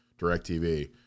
DirecTV